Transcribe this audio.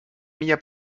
mia